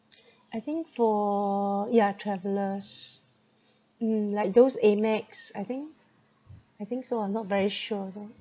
I think for yeah travellers mm like those AMEX I think I think so I'm not very sure though